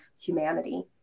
humanity